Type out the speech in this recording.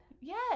Yes